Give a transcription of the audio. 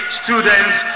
students